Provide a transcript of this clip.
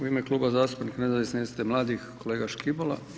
U ime Kluba zastupnika Nezavisne liste mladih kolega Škibola.